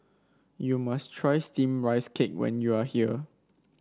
you must try steamed Rice Cake when you are here